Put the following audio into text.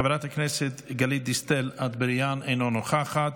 חברת הכנסת גלית דיסטל אטבריאן, אינה נוכחת,